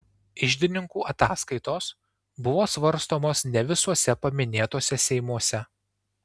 iždininkų ataskaitos buvo svarstomos ne visuose paminėtuose seimuose